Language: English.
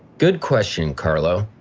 good question carlo.